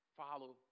follow